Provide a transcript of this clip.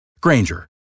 Granger